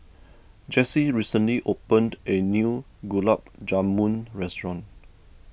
Jesse recently opened a new Gulab Jamun restaurant